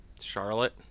Charlotte